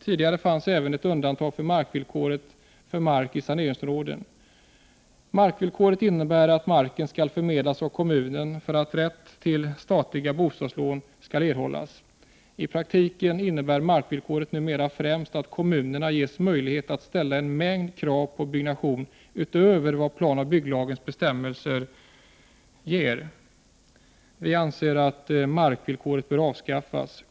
Tidigare fanns även ett undantag från markvillkoret för mark i saneringsområden. Markvillkoret innebär att marken skall förmedlas av kommunen för att rätt till statliga bostadslån skall erhållas. I praktiken innebär markvillkoret numera främst att kommunerna ges möjligheter att ställa en mängd krav på byggnationen, utöver det som planoch bygglagens bestämmelser medger. Vi anser att markvillkoret bör avskaffas.